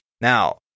Now